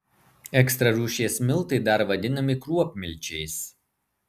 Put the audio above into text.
ekstra rūšies miltai dar vadinami kruopmilčiais